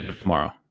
tomorrow